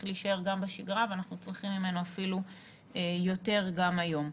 להישאר גם בשגרה ואנחנו צריכים ממנו אפילו יותר גם היום.